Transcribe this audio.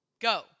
Go